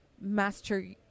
master